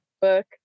book